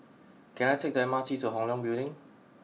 can I take the M R T to Hong Leong Building